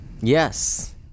yes